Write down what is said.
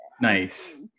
Nice